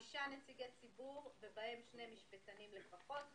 יש שישה נציגי ציבור, בהם שני משפטנים לפחות,